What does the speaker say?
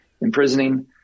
imprisoning